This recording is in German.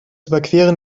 überqueren